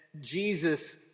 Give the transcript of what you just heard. Jesus